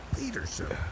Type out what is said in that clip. Leadership